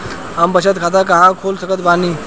हम बचत खाता कहां खोल सकत बानी?